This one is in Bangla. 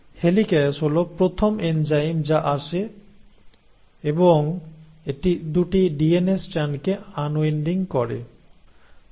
হেলিক্যাস হল প্রথম এনজাইম যা আসে এবং এটি 2 টি ডিএনএ স্ট্র্যান্ডকে আনউইন্ডিং করে